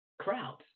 crowds